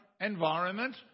environment